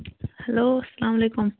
hello اسلام علیکُم